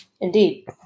indeed